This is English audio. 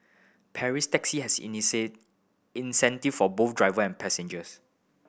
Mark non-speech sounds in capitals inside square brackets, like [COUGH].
[UNINTELLIGIBLE] Taxi has [UNINTELLIGIBLE] incentive for both driver and passengers